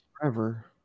Forever